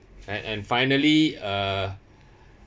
and and finally uh